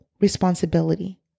responsibility